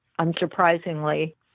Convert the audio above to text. unsurprisingly